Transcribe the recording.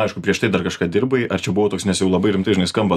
aišku prieš tai dar kažką dirbai ar čia buvo toks nes jau labai rimtai žinai skamba